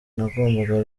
nagombaga